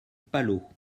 palot